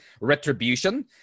Retribution